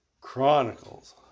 Chronicles